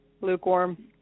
Lukewarm